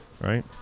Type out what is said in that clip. Right